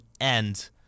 end